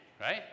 right